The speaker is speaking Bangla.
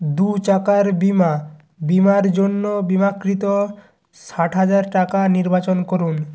দু চাকার বিমা বিমার জন্য বিমাকৃত ষাট হাজার টাকা নির্বাচন করুন